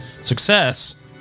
success